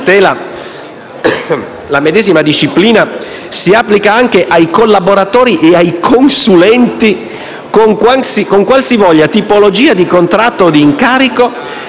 la medesima disciplina si applica anche ai collaboratori e ai consulenti con qualsivoglia tipologia di contratto e incarico,